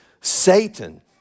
Satan